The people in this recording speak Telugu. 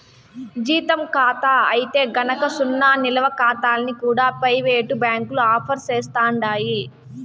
జీతం కాతా అయితే గనక సున్నా నిలవ కాతాల్ని కూడా పెయివేటు బ్యాంకులు ఆఫర్ సేస్తండాయి